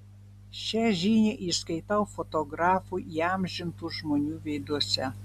šią žinią išskaitau fotografų įamžintų žmonių veiduose